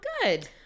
good